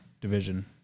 division